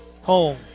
home